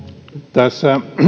tässä